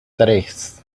tres